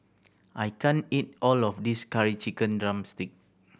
I can't eat all of this Curry Chicken drumstick